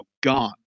gone